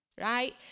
Right